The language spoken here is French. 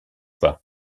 pas